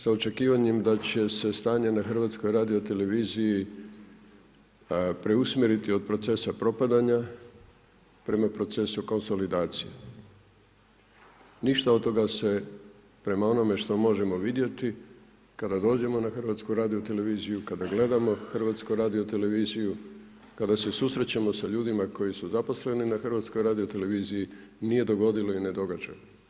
Sa očekivanjem da će se stanje na HRT-u preusmjeriti od procesa propadanja prema procesu konsolidacije ništa od toga se prema onome što možemo vidjeti kada dođemo na HRT, kada gledamo HRT, kada se susrećemo sa ljudima koji su zaposleni na HRT-u nije dogodilo i ne događa.